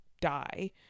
die